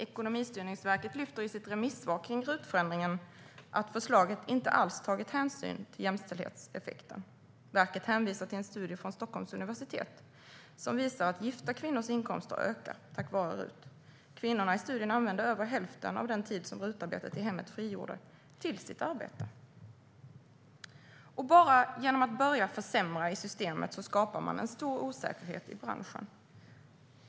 Ekonomistyrningsverket lyfter i sitt remissvar kring RUT-förändringen fram att förslaget inte alls tagit hänsyn till jämställdhetseffekten. Verket hänvisar till en studie från Stockholms universitet som visar att gifta kvinnors inkomster ökar tack vare RUT. Kvinnorna i studien använde över hälften av den tid som RUT-arbetet i hemmet frigjorde till sitt arbete. Bara genom att börja försämra i systemet skapar man en stor osäkerhet i branschen.